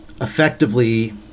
effectively